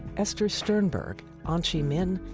esther sternberg, anchee min,